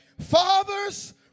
Fathers